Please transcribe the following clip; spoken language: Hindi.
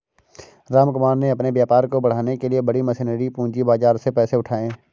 रामकुमार ने अपने व्यापार को बढ़ाने के लिए बड़ी मशीनरी पूंजी बाजार से पैसे उठाए